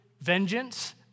vengeance